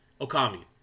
Okami